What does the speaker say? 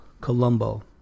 Colombo